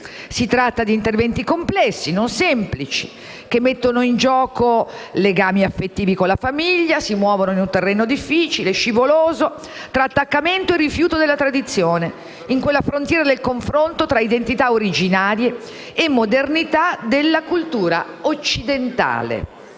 Si tratta di interventi complessi, non semplici, che mettono in gioco legami affettivi con la famiglia, si muovono in un terreno difficile, scivoloso, tra attaccamento e rifiuto della tradizione, in quella frontiera del confronto tra identità originarie e modernità della cultura occidentale.